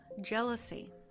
jealousy